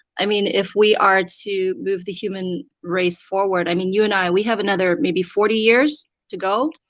i mean, if we are to move the human race forward, i mean you and i, we have another maybe forty years to go,